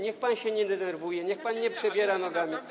Niech pan się nie denerwuje, niech pan nie przebiera nogami.